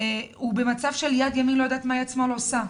הוא במצב של יד ימין לא יודעת מה יד שמאל עושה.